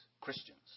Christians